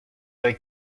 avec